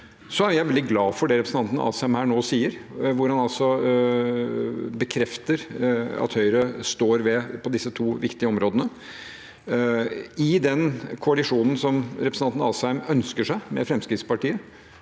er jeg veldig glad for det representanten Asheim her nå sier, hvor han altså bekrefter at Høyre står ved disse to viktige områdene. Man vet at i den koalisjonen som representanten Asheim ønsker seg, har Fremskrittspartiet